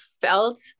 felt